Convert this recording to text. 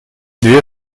две